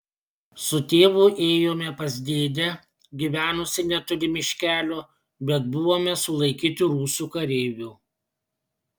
su tėvu ėjome pas dėdę gyvenusį netoli miškelio bet buvome sulaikyti rusų kareivių